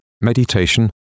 meditation